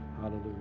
Hallelujah